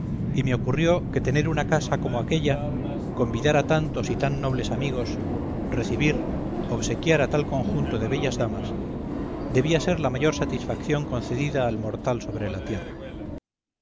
y me ocurrió que tener una casa como aquélla convidar a tantos y tan nobles amigos recibir obsequiar a tal conjunto de bellas damas debía ser la mayor satisfacción concedida al mortal sobre la tierra